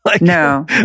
no